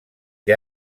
que